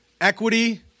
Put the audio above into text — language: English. Equity